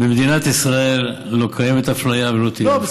במדינת ישראל לא קיימת אפליה ולא תהיה אפליה.